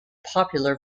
popular